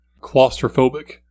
claustrophobic